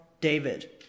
David